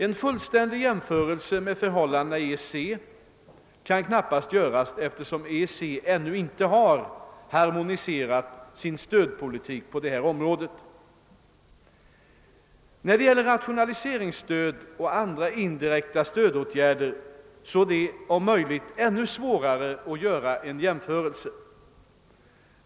En fullständig jämförelse med förhållandena i EEC kan knappast göras, eftersom EEC ännu inte har harmoniserat sin stödpolitik på detta område. Vad gäller rationaliseringsstöd och andra indirekta stödåtgärder är det om möjligt ännu svårare att göra jämförelser.